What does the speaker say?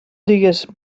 digues